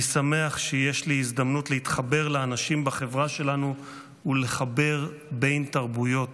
אני שמח שיש לי הזדמנות להתחבר לאנשים בחברה שלנו ולחבר בין תרבויות.